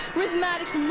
Rhythmatic